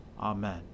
Amen